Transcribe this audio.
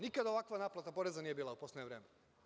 Nikada ovakva naplata poreza nije bila u poslednje vreme.